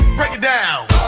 break it down